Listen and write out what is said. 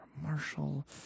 Marshall